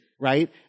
right